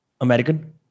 American